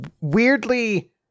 weirdly